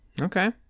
okay